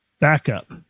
backup